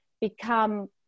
become